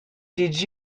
did